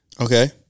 Okay